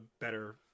better